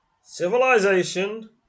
Civilization